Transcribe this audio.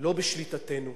לא בשליטתנו.